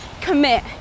commit